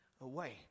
away